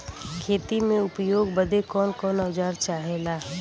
खेती में उपयोग बदे कौन कौन औजार चाहेला?